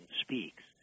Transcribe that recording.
speaks